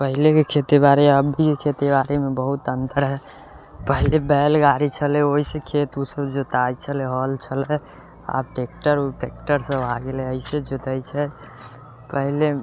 पहिलेके खेती बारी अबकीके खेती बारीमे बहुत अन्तर है पहिले बैलगाड़ी छलै ओइसँ खेत उत सब जोताइ छलै हल छलै आब ट्रैक्टर सब ट्रैक्टर सब आ गेलै अइसँ जोताइ छै पहिले